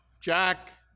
Jack